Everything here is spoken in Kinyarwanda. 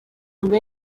benshi